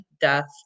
death